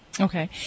okay